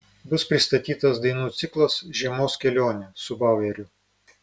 bus pristatytas dainų ciklas žiemos kelionė su baueriu